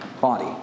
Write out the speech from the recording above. body